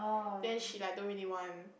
then she like don't really want